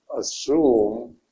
assume